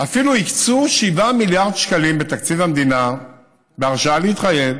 אפילו הקצו 7 מיליארד שקלים מתקציב המדינה בהרשאה להתחייב